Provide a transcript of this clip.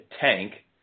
tank